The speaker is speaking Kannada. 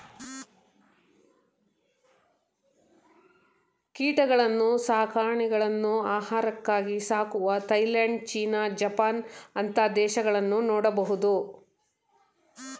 ಕೀಟಗಳನ್ನ್ನು ಸಾಕಾಣೆಗಳನ್ನು ಆಹಾರಕ್ಕಾಗಿ ಸಾಕುವ ಥಾಯಲ್ಯಾಂಡ್, ಚೀನಾ, ಜಪಾನ್ ಅಂತ ದೇಶಗಳನ್ನು ನೋಡಬಹುದು